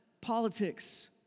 politics